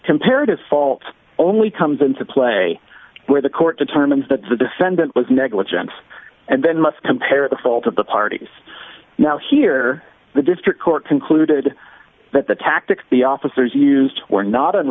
comparative fault only comes into play where the court determines that the defendant was negligence and then must compare the fault of the parties now here the district court concluded that the tactics the officers used were not